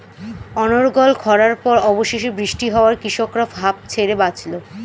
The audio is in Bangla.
অনর্গল খড়ার পর অবশেষে বৃষ্টি হওয়ায় কৃষকরা হাঁফ ছেড়ে বাঁচল